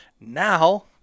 Now